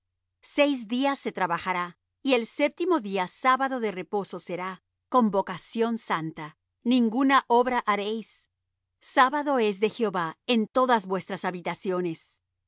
seis días se trabajará y el séptimo día sábado de reposo será convocación santa ninguna obra haréis sábado es de jehová en todas vuestras habitaciones